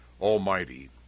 Almighty